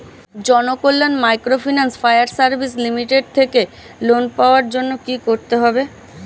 Janakalyan microfinance fire service limited থেকে loan পাওয়ার জন্য কি করতে হবে?